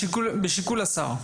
בשיקול השר.